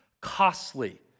costly